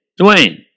Dwayne